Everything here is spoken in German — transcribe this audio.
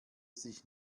sich